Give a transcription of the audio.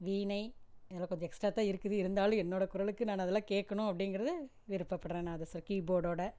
வீணை இதில் கொஞ்சம் எக்ஸ்ட்ரா தான் இருக்குது இருந்தாலும் என்னோடய குரலுக்கு நான் அதெல்லாம் கேட்கணும் அப்படிங்கறது விருப்பப்படுறேன் நாதஸ்வரம் கீபோர்ட்டோடு